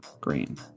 green